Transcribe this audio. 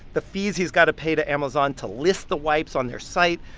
the fees he's got to pay to amazon to list the wipes on their site,